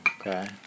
Okay